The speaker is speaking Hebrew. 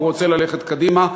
הוא רוצה ללכת קדימה,